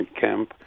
camp